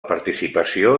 participació